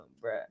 bro